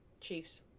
Chiefs